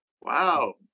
Wow